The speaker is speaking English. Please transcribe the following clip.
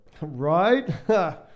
Right